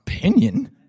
Opinion